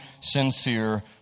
sincere